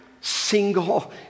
single